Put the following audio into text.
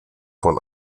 von